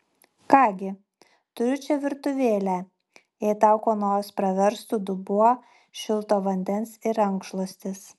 ką gi turiu čia virtuvėlę jei tau kuo nors praverstų dubuo šilto vandens ir rankšluostis